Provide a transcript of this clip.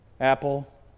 Apple